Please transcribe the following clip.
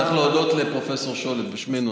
צריך להודות לפרופ' שולט בשמנו.